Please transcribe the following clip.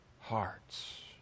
hearts